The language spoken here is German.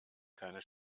keine